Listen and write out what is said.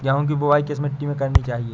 गेहूँ की बुवाई किस मिट्टी में करनी चाहिए?